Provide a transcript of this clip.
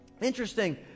interesting